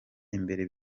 imbere